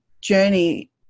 journey